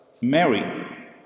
Mary